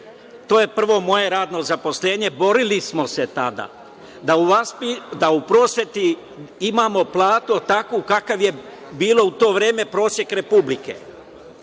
to je prvo moje radno zaposlenje, borili smo se tada da u prosveti imamo platu takvu kakav je bio u to vreme proces Republike.